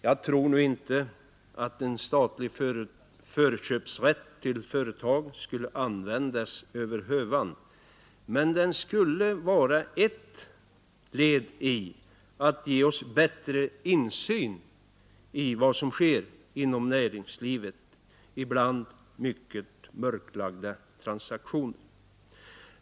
Jag tror nu inte att en statlig förköpsrätt till företag skulle användas över hövan, men den skulle vara ett led i arbetet att ge oss bättre insyn i vad som sker inom näringslivets ibland mycket mörklagda transaktioner.